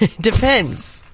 Depends